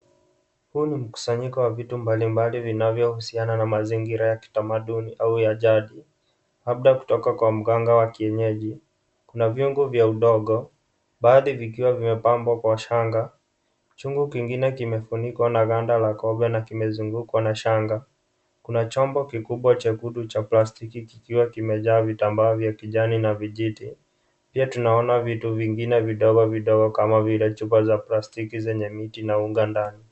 Huu ni mkusanyiko wa vitu mbalimbali vinavyohusiana na mazingira ya kitamaduni au ya jadi labda kutoka kwa mganga wa kienyeji. Kuna vyombo vya udogo, baadhi vikiwa vimepangwa kwa shanga. Chungu kingine kimefunikwa na ganda la kobe na kimezungukwa na shanga. Kuna chombo kikubwa cheusi cya plastiki kikiwa kimejaa vitambaa vya kijani na vijiti, pia tunaona vitu vingine vidogo vidogo kama chupa za plastiki zenye miti na unga ndani.